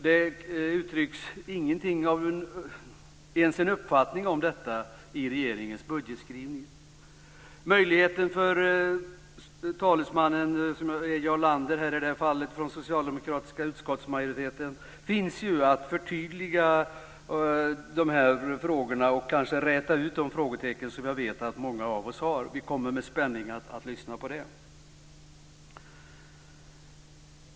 Det uttrycks inte ens en uppfattning om detta i regeringens budgetskrivning. Jarl Lander, som i detta fall är talesman för den socialdemokratiska utskottsmajoriteten, har möjlighet att förtydliga de här frågorna och räta ut de frågetecken som jag vet att många av oss har. Vi kommer med spänning att lyssna på det.